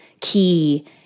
key